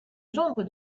gendre